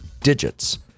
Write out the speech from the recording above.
digits